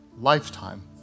lifetime